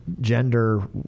gender